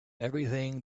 everything